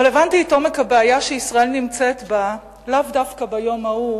אבל הבנתי את עומק הבעיה שישראל נמצאת בה לאו דווקא ביום ההוא